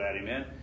amen